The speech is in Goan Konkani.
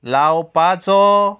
लावपाचो